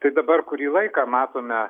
tai dabar kurį laiką matome